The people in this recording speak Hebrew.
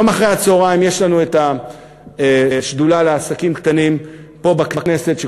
היום אחרי-הצהריים יש לנו ישיבה של השדולה לעסקים קטנים פה בכנסת,